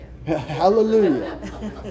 hallelujah